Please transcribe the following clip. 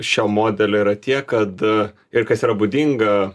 šio modelio yra tie kad ir kas yra būdinga